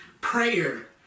prayer